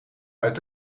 uit